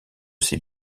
ces